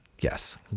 yes